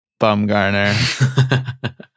Bumgarner